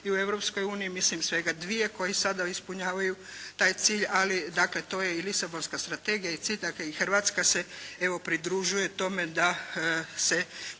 uniji, mislim svega dvije koji sada ispunjavaju taj cilj, ali dakle, to je i lisabonska strategija i cilj, dakle, i Hrvatska se evo pridružuje tome da se